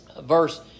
Verse